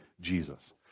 Jesus